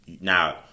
now